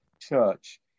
church